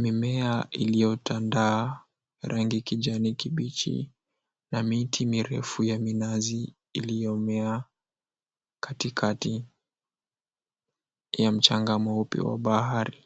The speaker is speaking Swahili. mimea iliyotandaa rangi kijani kibichi na miti mirefu ya minazi iliyomea katikati ya mchanga mweupe wa bahari.